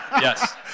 Yes